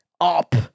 up